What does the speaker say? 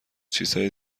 چیزهای